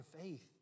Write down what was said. faith